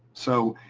so,